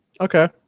okay